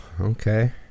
okay